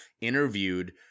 interviewed